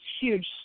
huge